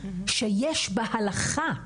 שיש בהלכה,